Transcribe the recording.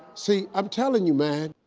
see, i'm telling you man.